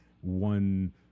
one